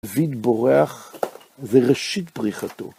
דוד בורח, זה ראשית פריחתו.